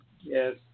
yes